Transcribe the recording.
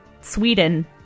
sweden